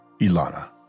Ilana